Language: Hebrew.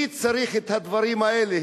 מי צריך את הדברים האלה?